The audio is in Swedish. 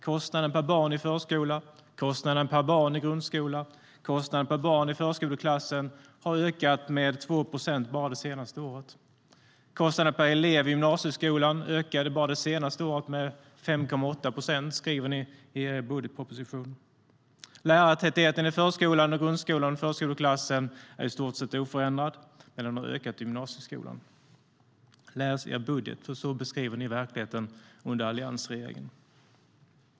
Kostnaden per barn i förskola, kostnaden per barn i grundskola och kostnaden per barn i förskoleklass har ökat med 2 procent bara under det senaste året. Kostnaden per elev i gymnasieskolan ökade bara under det senaste året med 5,8 procent. Det skriver ni i er budgetproposition. Lärartätheten i förskolan, grundskolan och förskoleklassen är i stort sett oförändrad, men den har ökat i gymnasieskolan. Läs er budget! Så beskriver ni nämligen verkligheten under alliansregeringen.